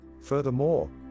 Furthermore